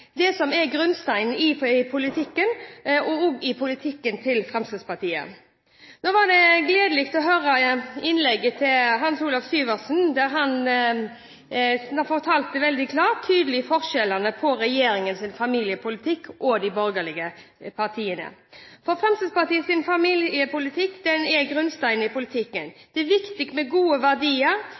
viktig. Familien er grunnsteinen i politikken, også i politikken til Fremskrittspartiet. Da var det gledelig å høre innlegget til Hans Olav Syversen, der han fortalte veldig klart om de tydelige forskjellene mellom regjeringens familiepolitikk og de borgerlige partienes. For Fremskrittspartiet er familiepolitikk grunnsteinen i politikken. Det er viktig med gode verdier,